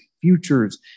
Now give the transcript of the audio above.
futures